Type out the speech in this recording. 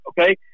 Okay